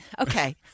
Okay